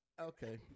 Okay